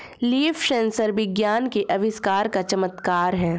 leaf sensor विज्ञान के आविष्कार का चमत्कार है